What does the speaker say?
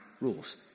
rules